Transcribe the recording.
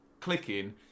clicking